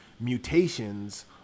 mutations